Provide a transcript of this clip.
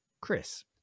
Chris